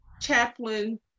Chaplain